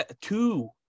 two